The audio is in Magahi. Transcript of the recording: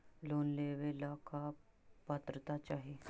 लोन लेवेला का पात्रता चाही?